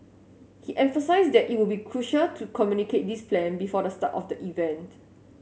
he emphasised that it would be crucial to communicate this plan before the start of the event